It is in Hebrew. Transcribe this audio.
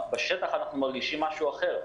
בשטח אנחנו מרגישים משהו אחר.